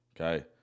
Okay